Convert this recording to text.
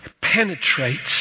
penetrates